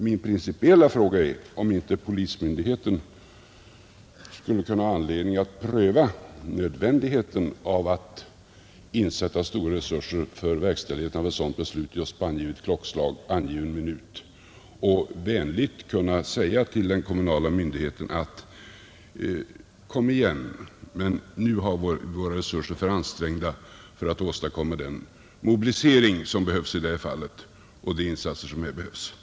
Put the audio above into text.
Min principiella fråga är emellertid om inte polismyndigheten skulle kunna ha anledning att pröva nödvändigheten av att insätta stora resurser för verkställigheten av ett sådant här beslut just på angivet klockslag och angiven minut och vänligt kunna säga till den kommunala myndigheten: Kom igen — nu är våra resurser för ansträngda för att åstadkomma den mobilisering och de insatser som behövs i det här fallet.